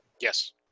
Yes